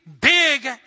big